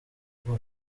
ubwo